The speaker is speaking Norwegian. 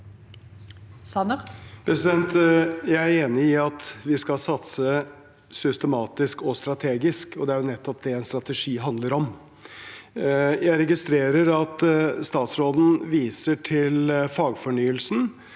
Jeg er enig i at vi skal satse systematisk og strategisk, og det er nettopp det en strategi handler om. Jeg registrerer at statsråden viser til fagfornyelsen.